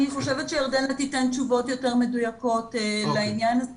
אני חושבת שירדנה תיתן תשובות יותר מדויקות לעניין הזה.